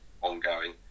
ongoing